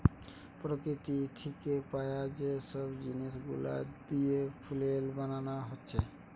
প্রকৃতি থিকে পায়া যে সব জিনিস গুলা দিয়ে ফুয়েল বানানা হচ্ছে